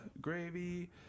gravy